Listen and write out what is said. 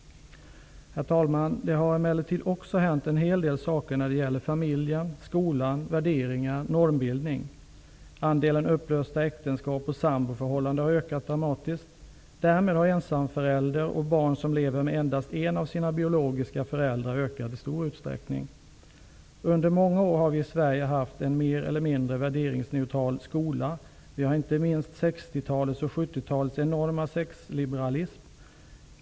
Herr talman! Det har emellertid också hänt en del saker när det gäller familjen, skolan, värderingar och normbildning. Andelen upplösta äktenskap och samboförhållanden har ökat dramatiskt. Därmed har ensamföräldrar och barn som lever med endast en av sina biologiska föräldrar ökat i stor utsträckning. Under många år har vi i Sverige haft en mer eller mindre värderingsneutral skola. Det har inte minst varit 1960-talets och 1970-talets enorma sexliberalism.